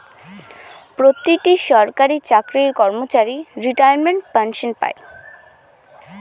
প্রতিটি সরকারি চাকরির কর্মচারী রিটায়ারমেন্ট পেনসন পাই